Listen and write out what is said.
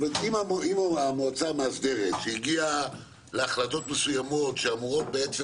זאת אומרת שאם המועצה המאסדרת שהגיעה להחלטות מסוימות שאמורות בעצם